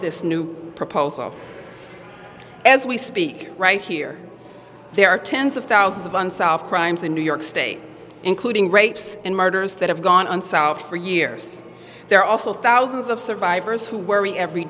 this new proposal as we speak right here there are tens of thousands of unsolved crimes in new york state including rapes and murders that have gone on south for years there are also thousands of survivors who worry every